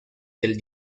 del